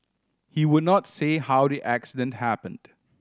he would not say how the accident happened